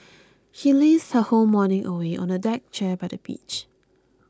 she lazed her whole morning away on a deck chair by the beach